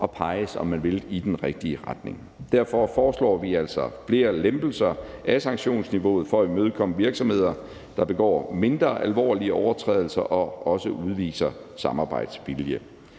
og peges, om man vil, i den rigtige retning. Derfor foreslår vi altså flere lempelser af sanktionsniveauet for at imødekomme virksomheder, der begår mindre alvorlige overtrædelser og også udviser samarbejdsvilje.